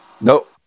Nope